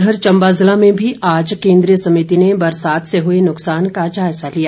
उधर चम्बा जिला में भी आज केन्द्रीय समिति ने बरसात से हुए नुकसान का जायजा लिया